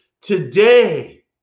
today